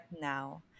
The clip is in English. now